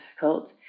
difficult